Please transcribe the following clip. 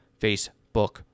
Facebook